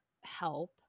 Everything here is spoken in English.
help